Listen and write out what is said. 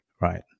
right